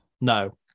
No